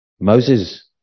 Moses